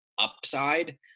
upside